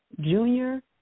junior